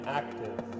active